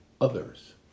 others